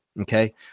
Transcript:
Okay